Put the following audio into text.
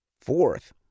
Fourth